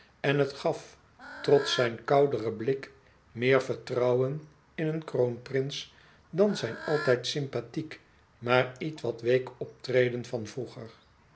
en het gaf trots zijn kouderen blik meer vertrouwen in een kroonprins dan zijn altijd sympathiek maar ietwat week optreden van vroeger